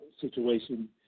situation